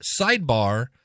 sidebar